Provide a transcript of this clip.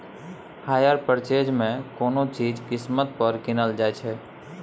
hire purchase मे कोनो चीज किस्त पर कीनल जाइ छै